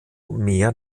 mehr